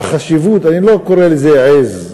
שהחשיבות, אני לא קורא לזה עז,